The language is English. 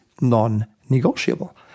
non-negotiable